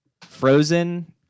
Frozen